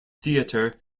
theater